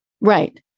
right